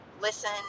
listen